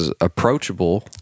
approachable